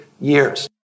years